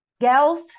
gals